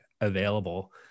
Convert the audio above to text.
available